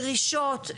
דרישות,